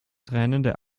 tränende